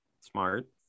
Smart